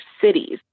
cities